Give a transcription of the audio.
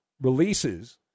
releases